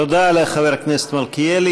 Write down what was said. תודה לחבר הכנסת מלכיאלי.